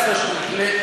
17 שניות.